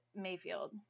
Mayfield